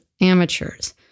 amateurs